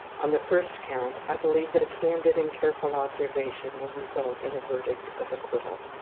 on the first count, i believe that a candid and careful observation will result in a verdict of acquittal.